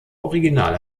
original